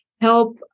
help